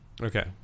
Okay